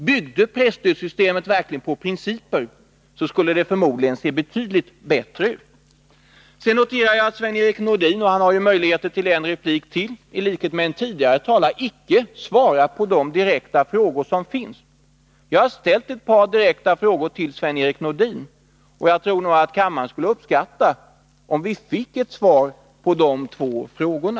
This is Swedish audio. Byggde presstödssystemet verkligen på principer, skulle det förmodligen vara bättre utformat. Jag noterar att Sven-Erik Nordin — han har ju möjlighet till en replik till — i likhet med en tidigare talare icke svarar på de direkta frågor som finns. Jag har ställt ett par frågor till Sven-Erik Nordin, och jag tror nog att kammaren skulle uppskatta om vi finge ett svar på de frågorna.